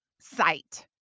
sight